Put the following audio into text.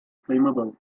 flammable